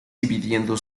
dividiendo